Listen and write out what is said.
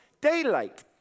daylight